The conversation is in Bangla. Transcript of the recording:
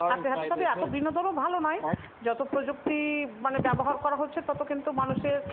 হাতে হাতে তবে এতো বিনোদনও ভালো নয় যত প্রযুক্তি মানে ব্যবহার করা হচ্ছে তত কিন্তু মানুষের